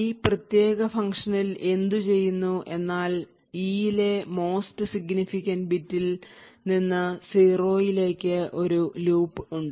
ഈ പ്രത്യേക ഫംഗ്ഷനിൽ എന്തുചെയ്യുന്നു എന്നാൽ e ലെ most significant ബിറ്റിൽ നിന്ന് 0 ലേക്ക് ഒരു ലൂപ്പ് ഉണ്ട്